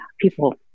people